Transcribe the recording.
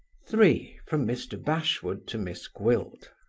three. from mr. bashwood to miss gwilt.